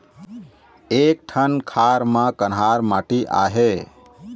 एक ठन खार म कन्हार माटी आहे?